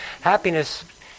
Happiness